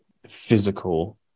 physical